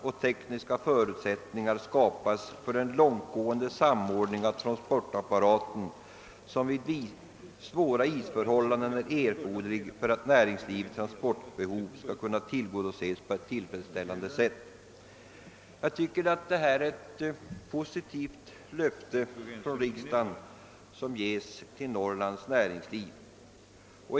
och tekniska förutsättningar skapas för den långtgående samordning av transportapparaten som vid svåra isförhållanden är erforderlig för att näringslivets transportbehov skall kunna tillgodoses på ett tillfredsställande sätt.» Jag tycker att detta är ett positivt löfte från riksdagen som ges till Norrlands näringsliv.